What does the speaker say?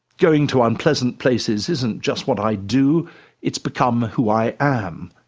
going to unpleasant places isn't just what i do it's become who i am.